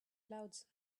clouds